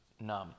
numb